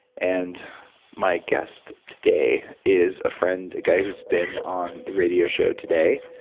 and my guest today is a friend, a guy who's been on the radio show today,